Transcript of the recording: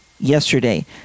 yesterday